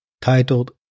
titled